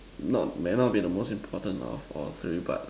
not may not be most important of all three but